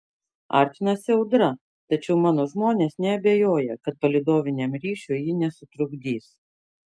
artinasi audra tačiau mano žmonės neabejoja kad palydoviniam ryšiui ji nesutrukdys